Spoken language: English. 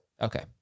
Okay